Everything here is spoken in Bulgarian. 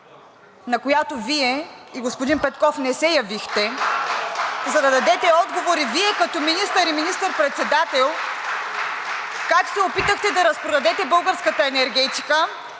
на която Вие и господин Петков не се явихте (ръкопляскания), за да дадете отговори Вие, като министър и министър-председател, как се опитахте да разпродадете българската енергетика,